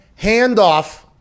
handoff